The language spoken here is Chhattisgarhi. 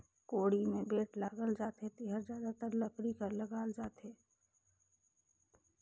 कोड़ी मे बेठ लगाल जाथे जेहर जादातर लकरी कर लगाल जाथे